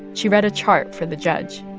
she read a chart for the judge